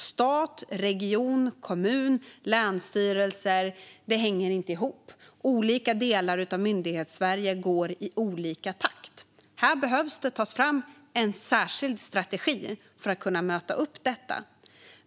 Stat, region, kommun och länsstyrelse hänger inte ihop - olika delar av Myndighetssverige går i olika takt. Det behöver tas fram en särskild strategi för att kunna möta upp detta.